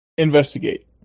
investigate